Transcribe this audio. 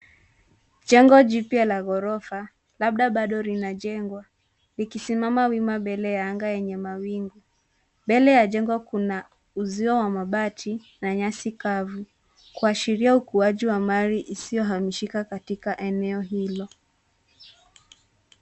Jengo jipya la ghorofa labda bado linajengwa, likisimama wima mbele ya anga yenye mawingu. Mbele ya jengo kuna uzio wa mabati na nyasi kavu, kuashiria ukuaji wa mali isiyohamishika katika eneo hilo.